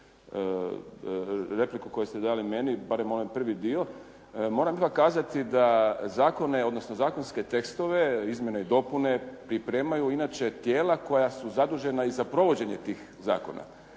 repliku koju ste dali meni, barem onaj prvi dio, moram kazati da zakone, odnosno zakonske tekstove, izmjene i dopune pripremaju inače tijela koja su zadužena i za provođenje tih zakona.